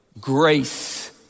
Grace